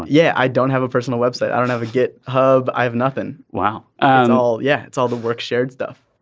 yeah i don't have a personal website. i don't have a get hub. i have nothing. wow. and all yeah it's all the work shared stuff.